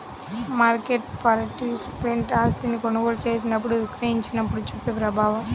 market participant ఆస్తిని కొనుగోలు చేసినప్పుడు, విక్రయించినప్పుడు చూపే ప్రభావం